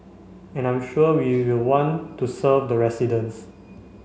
and I'm sure we will want to serve the residents